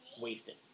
wasted